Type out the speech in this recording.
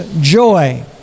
joy